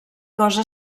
cosa